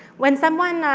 when someone